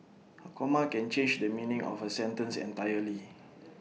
A comma can change the meaning of A sentence entirely